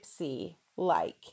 gypsy-like